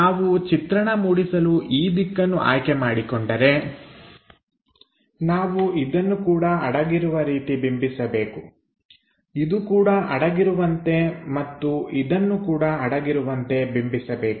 ನಾವು ಚಿತ್ರಣ ಮೂಡಿಸಲು ಈ ದಿಕ್ಕನ್ನು ಆಯ್ಕೆ ಮಾಡಿಕೊಂಡರೆ ನಾವು ಇದನ್ನು ಕೂಡ ಅಡಗಿರುವ ರೀತಿ ಬಿಂಬಿಸಬೇಕು ಇದು ಕೂಡ ಅಡಗಿರುವಂತೆ ಮತ್ತು ಇದನ್ನು ಕೂಡ ಅಡಗಿರುವಂತೆ ಬಿಂಬಿಸಬೇಕು